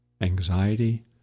Anxiety